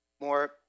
More